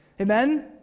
Amen